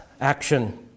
action